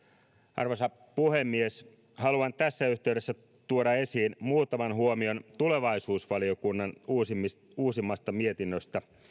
arvoisa puhemies haluan tässä yhteydessä tuoda esiin muutaman huomion tulevaisuusvaliokunnan uusimmasta uusimmasta mietinnöstä